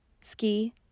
Ski